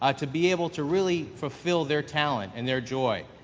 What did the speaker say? ah to be able to really fulfill their talent and their joy.